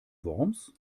worms